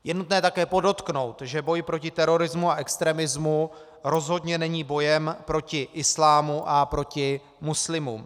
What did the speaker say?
Je nutné také podotknout, že boj proti terorismu a extremismu rozhodně není bojem proti islámu a proti muslimům.